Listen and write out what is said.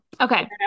okay